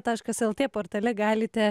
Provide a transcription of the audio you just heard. taškas lt portale galite